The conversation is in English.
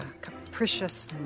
capricious